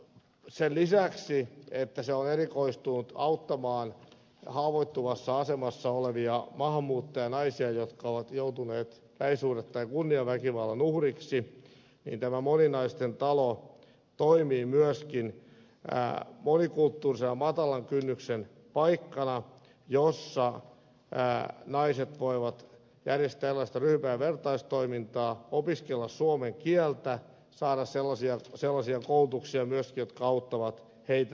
sen lisäksi että tämä moninaisten talo on erikoistunut auttamaan haavoittuvassa asemassa olevia maahanmuuttajanaisia jotka ovat joutuneet lähisuhde tai kunniaväkivallan uhriksi se toimii myöskin monikulttuurisena matalan kynnyksen paikkana jossa naiset voivat järjestää tällaista ryhmä ja vertaistoimintaa opiskella suomen kieltä saada sellaista koulutusta myöskin joka auttaa heitä työllistymään